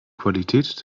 qualität